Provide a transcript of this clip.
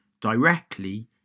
directly